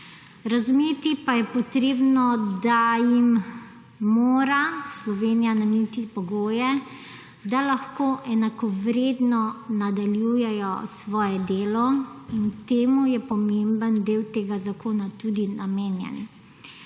Razumeti pa je potrebno, da jim mora Slovenija nameniti pogoje, da lahko enakovredno nadaljujejo svoje delo. Pomemben del tega zakona temu tudi namenjen.